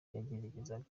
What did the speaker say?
yageragezaga